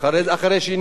אתה תשיב עליהן,